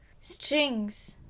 strings